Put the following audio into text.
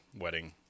wedding